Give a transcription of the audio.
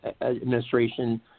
administration